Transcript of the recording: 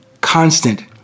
constant